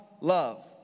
love